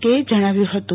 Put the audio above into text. કે એ જણાવ્યું હતું